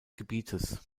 gebietes